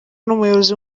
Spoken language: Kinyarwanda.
n’umuyobozi